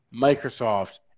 Microsoft